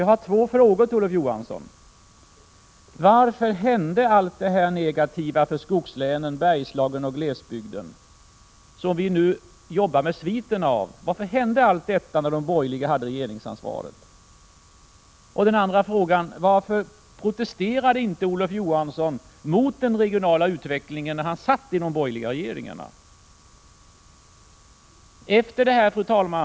Jag har två frågor till Olof Johansson: Varför hände allt detta negativa för skogslänen, Bergslagen och glesbygden, som vi nu jobbar med sviterna av, när de borgerliga hade regeringsansvaret? Och varför protestera — Prot. 1986/87:128 de inte Olof Johansson mot den regionala utvecklingen när han satt i de 21 maj 1987 borgerliga regeringarna? Fru talman!